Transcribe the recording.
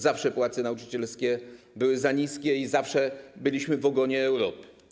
Zawsze płace nauczycielskie były za niskie i zawsze byliśmy w ogonie Europy.